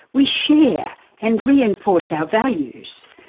we share and reinforce our values.